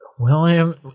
William